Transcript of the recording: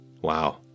Wow